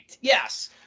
yes